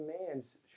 commands